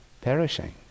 perishing